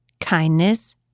kindness